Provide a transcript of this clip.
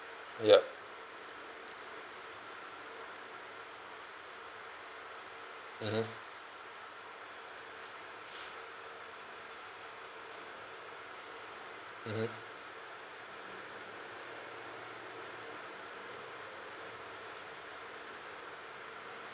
ya mmhmm mmhmm